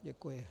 Děkuji.